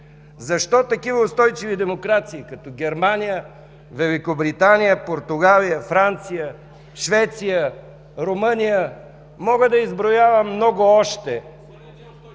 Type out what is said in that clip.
защо такива устойчиви демокрации като Германия, Великобритания, Португалия, Франция, Швеция, Румъния – мога да изброявам много още,